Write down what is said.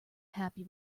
happy